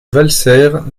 valserres